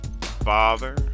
father